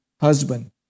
husband